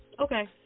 Okay